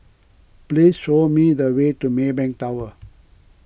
please show me the way to Maybank Tower